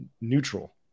neutral